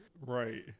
Right